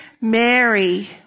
Mary